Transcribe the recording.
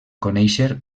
conèixer